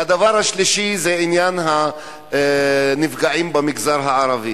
והדבר השלישי זה עניין הנפגעים במגזר הערבי.